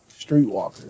streetwalkers